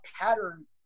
pattern